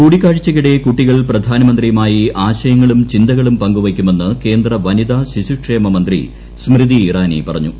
കൂടിക്കാഴ്ചയ്ക്കിടെ കൂട്ടികൾ പ്രധാനമന്ത്രിയുമായി ആശയങ്ങളും ചിന്തകളും പങ്കുവയ്ക്കുമെന്ന് കേന്ദ്ര വനിതാ ശിശുക്ഷേമ മന്ത്രി സ്മൃതി ഇറാനി പറഞ്ഞു